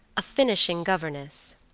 a finishing governess.